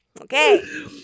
Okay